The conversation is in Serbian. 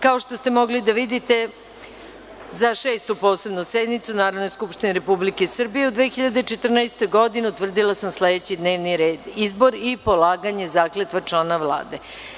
Kao što ste mogli da vidite, za Šestu posebnu sednicu Narodne skupštine Republike Srbije u 2014. godini utvrdila sam sledeći D n e v n ir e d: 1.Izbor i polaganje zakletve člana Vlade.